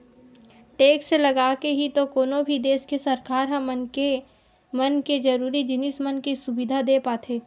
tax लगाके ही तो कोनो भी देस के सरकार ह मनखे मन के जरुरी जिनिस मन के सुबिधा देय पाथे